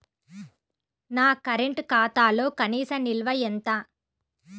నా కరెంట్ ఖాతాలో కనీస నిల్వ ఎంత?